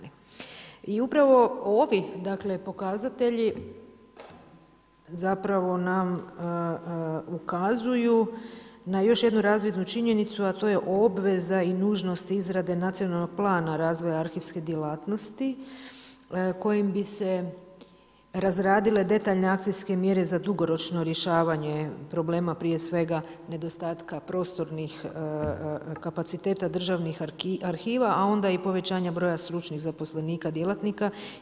I upravo ovi pokazatelji zapravo nam ukazuju na još jednu razvidnu činjenicu, a to je obveza i nužnost izrade nacionalnog plana razvoja arhivske djelatnosti kojim bi se razradile detaljne akcijske mjere za dugoročno rješavanje problema, prije svega nedostatka prostornih kapaciteta državnih arhiva, a onda i povećanja broja stručnih zaposlenika, djelatnika.